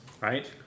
Right